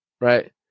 right